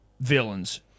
Villains